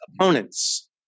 opponents